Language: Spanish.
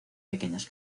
pequeñas